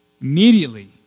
Immediately